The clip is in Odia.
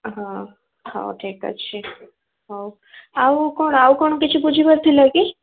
ହଁ ହଁ ଠିକ୍ ଅଛି ହଉ ଆଉ କ'ଣ ଆଉ କ'ଣ କିଛି ବୁଝିବାର ଥିଲା କି